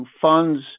funds